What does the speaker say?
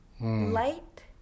Light